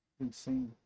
insane